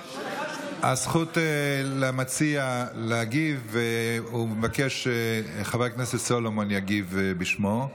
הזכות למציע להגיב, וחבר הכנסת סולומון יגיב בשמו,